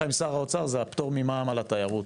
עם שר האוצר זה הפטור ממע"מ גם בתיירות,